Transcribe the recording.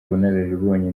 ubunararibonye